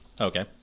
Okay